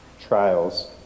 trials